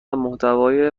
محتوای